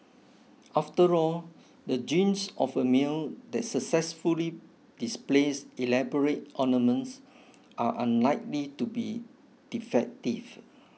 after all the genes of a male that successfully displays elaborate ornaments are unlikely to be defective